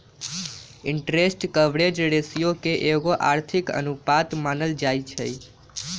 interest coverage ratio के एगो आर्थिक अनुपात मानल जाइ छइ